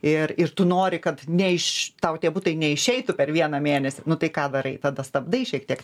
ir ir tu nori kad ne iš tau tie butai neišeitų per vieną mėnesį nu tai ką darai tada stabdai šiek tiek